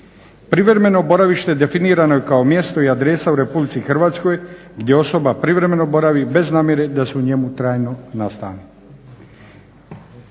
Privremeno boravište definirano je kao mjesto i adresa u Republici Hrvatskoj gdje osoba privremeno boravi bez namjere da se u njemu trajno nastani.